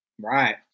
Right